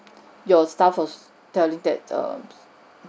your staff was telling that err